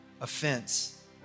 offense